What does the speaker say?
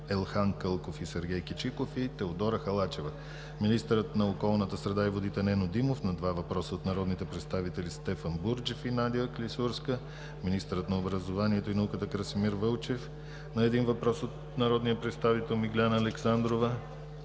Елхан Кълков и Сергей Кичиков, и Теодора Халачева; - министърът на околната среда и водите Нено Димов – на два въпроса от народните представители Стефан Бурджев и Надя Клисурска; - министърът на образованието и науката Красимир Вълчев – на един въпрос от народния представител Миглена Александрова;